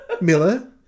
Miller